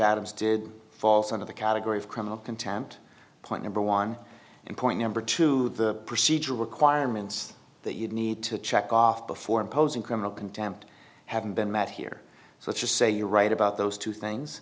adams did falls under the category of criminal contempt point number one and point number two the procedural requirements that you need to check off before imposing criminal contempt haven't been met here so let's just say you're right about those two things